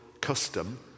custom